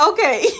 Okay